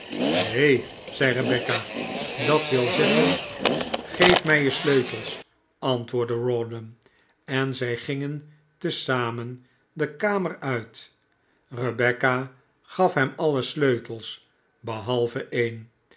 neen zeide rebecca dat wil zeggen geef mij je sleutels antwoordde rawdon en zij gingen te zamen de kamer uit rebecca gaf hem alle sleutels behalve een